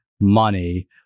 money